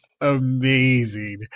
amazing